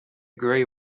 grey